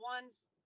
ones